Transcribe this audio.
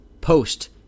post